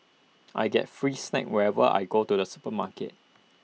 I get free snacks whenever I go to the supermarket